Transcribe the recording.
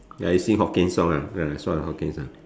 ya you sing hokkien song ah ya hokkien ah